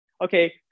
Okay